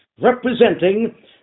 representing